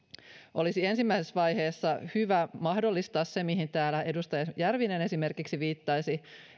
olisi ensimmäisessä vaiheessa hyvä mahdollistaa se mihin täällä esimerkiksi edustaja järvinen viittasi